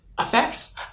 effects